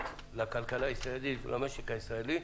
לכלכלה הישראלית ולמשק הישראלי,